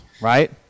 right